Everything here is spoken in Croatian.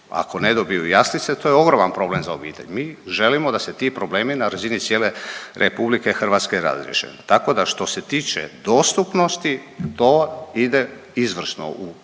ako ne dobiju jaslice to je ogroman problem za obitelj. Mi želimo da se ti problemi na razini cijele RH razriješe. Tako da što se tiče dostupnosti to ide izvrsno u jako